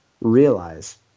realize